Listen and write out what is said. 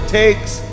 takes